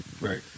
Right